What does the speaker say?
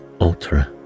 ultra